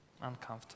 uncomfortable